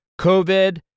COVID